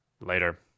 later